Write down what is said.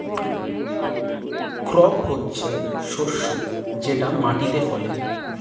crop মানে হচ্ছে শস্য যেটা মাটিতে ফলে